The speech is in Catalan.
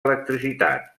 electricitat